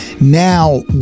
now